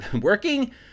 Working